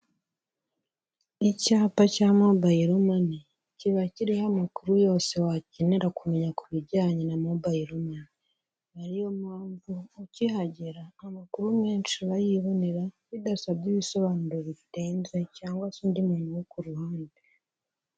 Icyapa cya mubayiro mani kiba kiriho amakuru yose wakenera kumenya ku bijyanye na mobayiro mani, ariyo mpamvu ukihagera amakuru menshi urayibonera bidasabye ibisobanuro birenze cyangwa se undi muntu wo ku ruhande.